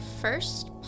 first